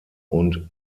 und